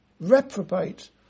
reprobate